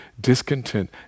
discontent